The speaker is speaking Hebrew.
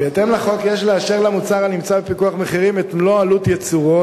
בהתאם לחוק יש לאשר למוצר הנמצא בפיקוח מחירים את מלוא עלות ייצורו,